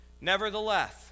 Nevertheless